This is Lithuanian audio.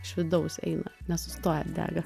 iš vidaus eina nesustoja dega